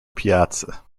piazza